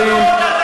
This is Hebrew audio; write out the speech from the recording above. חבר הכנסת שטרן.